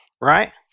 right